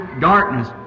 darkness